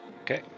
Okay